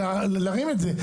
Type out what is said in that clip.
להרים את זה.